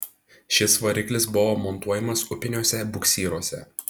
šis variklis buvo montuojamas upiniuose buksyruose